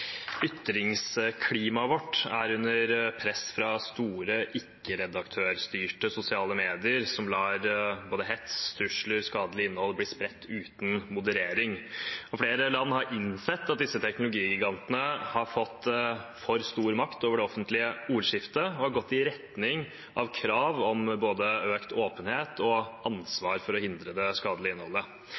Ytringsklimaet vårt er under press fra store ikke-redaktørstyrte sosiale medier som lar både hets, trusler og skadelig innhold bli spredt uten moderering. Flere land har innsett at disse teknologigigantene har fått for stor makt over det offentlige ordskiftet, og de har gått i retning av krav om både økt åpenhet og ansvar for å hindre det skadelige innholdet.